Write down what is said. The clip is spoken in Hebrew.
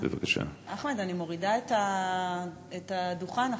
אחמד, אני מורידה את הדוכן אחריך.